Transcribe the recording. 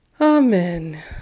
Amen